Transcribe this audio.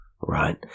right